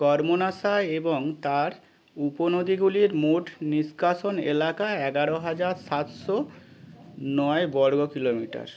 কর্মনাশা এবং তার উপনদীগুলির মোট নিষ্কাশন এলাকা এগারো হাজার সাতশো নয় বর্গ কিলোমিটার